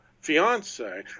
fiance